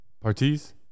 Parties